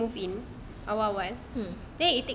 already move in awal-awal